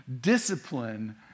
discipline